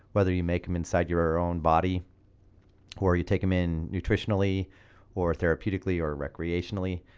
whether you make them inside your own body or you take them in nutritionally or therapeutically or recreationally,